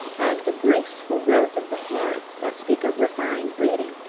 and the graceful growth of the hair, that speak of refined breeding.